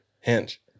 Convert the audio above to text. Hinge